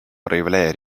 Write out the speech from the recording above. проявляя